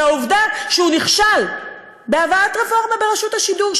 ועובדה שהוא נכשל בהבאת רפורמה ברשות השידור,